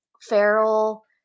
feral